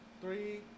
Three